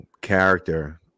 character